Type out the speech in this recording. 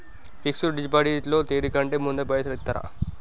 Fix డ్ deposit లో తేది కంటే ముందే పైసలు ఇత్తరా?